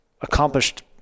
accomplished